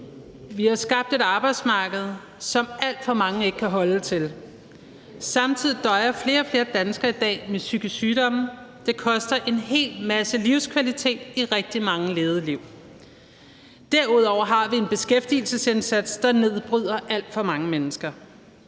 Vi har skabt et arbejdsmarked, som alt for mange ikke kan holde til. Samtidig døjer flere og flere danskere i dag med psykiske sygdomme. Det koster en hel masse livskvalitet i rigtig mange levede liv. Derudover har vi en beskæftigelsesindsats, der nedbryder alt for mange mennesker.